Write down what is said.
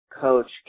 Coach